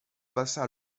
bassin